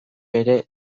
bere